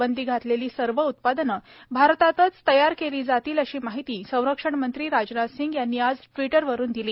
बंदी घातलेली सर्व उत्पादनं भारतातच तयार केली जातील अशी माहिती संरक्षण मंत्री राजनाथ सिंह यांनी आज ट्वीटरवरून दिली